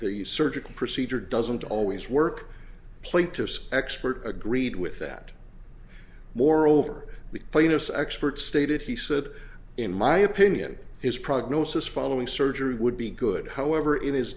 use surgical procedure doesn't always work plaintiff's expert agreed with that moreover the plaintiff's expert stated he said in my opinion his prognosis following surgery would be good however in his